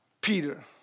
Peter